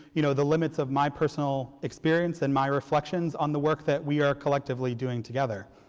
you know, the limits of my personal experience and my reflections on the work that we are collectively doing together